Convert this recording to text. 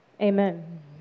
Amen